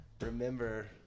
remember